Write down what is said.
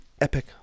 epic